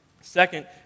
Second